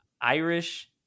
Irish